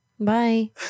Bye